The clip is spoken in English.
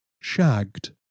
shagged